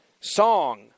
song